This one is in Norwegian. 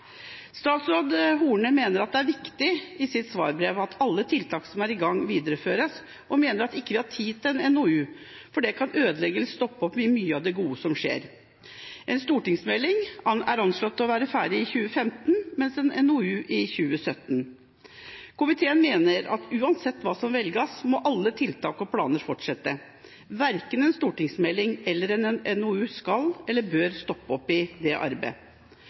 Statsråd Horne mener i sitt svarbrev at det er viktig at alle tiltak som er i gang, videreføres, og mener at vi ikke har tid til en NOU, fordi det kan ødelegge eller stoppe opp mye av det gode som skjer. En stortingsmelding er anslått å være ferdig i 2015, mot en NOU i 2017. Komiteen mener at uansett hva som velges, må alle tiltak og planer fortsette. Verken en stortingsmelding eller en NOU skal eller bør stoppe det arbeidet.